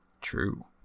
True